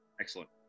Excellent